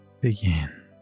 begin